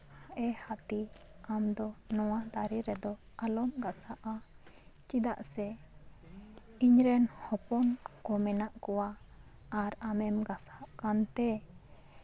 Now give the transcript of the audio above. ᱮ ᱦᱟᱹᱛᱤ ᱟᱢᱫᱚ ᱱᱚᱣᱟ ᱫᱟᱨᱮ ᱨᱮᱫᱚ ᱟᱞᱚᱢ ᱜᱟᱥᱟᱜᱼᱟ ᱪᱮᱫᱟᱜ ᱥᱮ ᱤᱧ ᱨᱮᱱ ᱦᱚᱯᱚᱱ ᱠᱚ ᱢᱮᱱᱟᱜ ᱠᱚᱣᱟ ᱟᱨ ᱟᱢᱮᱢ ᱜᱟᱥᱟᱜ ᱠᱟᱱᱛᱮ